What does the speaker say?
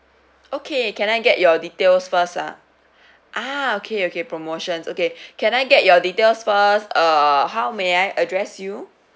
okay can I get your details first ah ah okay okay promotions okay can I get your details first uh how may I address you